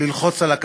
אף